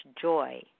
joy